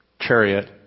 chariot